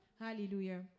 Hallelujah